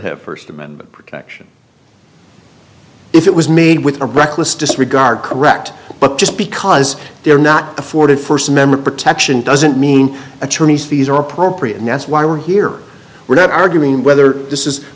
have st amendment protection if it was made with a breathless disregard correct but just because they're not afforded st member protection doesn't mean attorney's fees are appropriate and that's why we're here we're not arguing whether this is